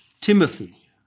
Timothy